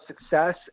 success